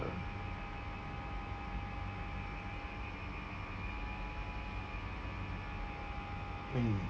uh mm